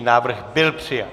Návrh byl přijat.